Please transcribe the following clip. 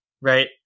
right